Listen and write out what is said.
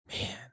Man